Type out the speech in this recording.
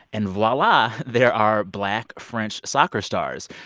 and voila. there are black french soccer stars.